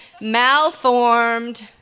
malformed